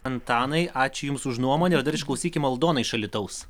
antanai ačiū jums už nuomonę ir dar išklausykim aldoną iš alytaus